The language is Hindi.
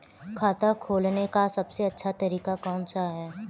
खाता खोलने का सबसे अच्छा तरीका कौन सा है?